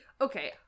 okay